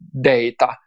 data